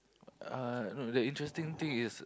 uh no the interesting thing is